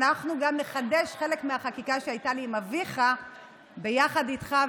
אנחנו גם נחדש חלק מהחקיקה שהייתה לי עם אביך ביחד איתך,